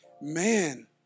man